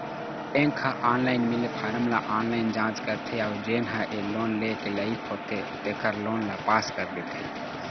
bank ह online मिले form ल ऑनलाईन जाँच करथे अउ जेन ह ए लोन लेय के लइक होथे तेखर लोन ल पास कर देथे